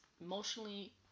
emotionally